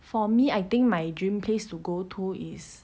for me I think my dream place to go to is